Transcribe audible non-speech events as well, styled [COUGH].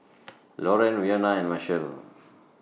[NOISE] Lorean Wynona and Marshall